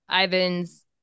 ivan's